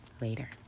Later